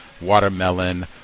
watermelon